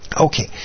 Okay